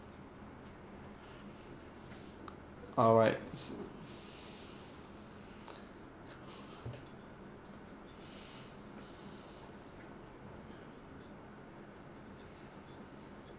alright